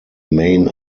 main